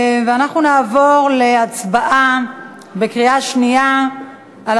אנחנו נעבור להצבעה בקריאה שנייה על